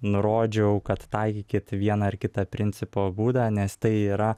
nurodžiau kad taikykit vieną ar kitą principo būdą nes tai yra